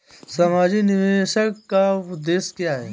सामाजिक नियोजन का उद्देश्य क्या है?